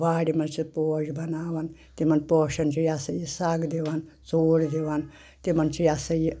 وارِ منٛز چھِ پوش بناوان تِمن پوشَن چھِ یہِ سا یہِ سَگ دِوان ژوٗڑ دِوان تِمن چھِ یہِ سا یہِ